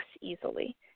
easily